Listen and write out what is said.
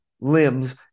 limbs